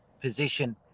position